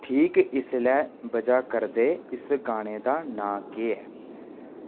ठीक इसलै बज्जै करदे इस गाने दा नांऽ केह् ऐ